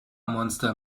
monster